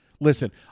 Listen